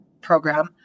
program